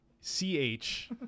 C-H